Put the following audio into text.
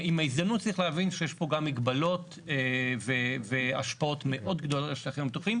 צריך להבין שיש פה גם מגבלות והשפעות מאוד גדולות על השטחים הפתוחים,